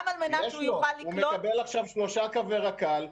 הוא מקבל עכשיו שלושה קווי רכבת קלה.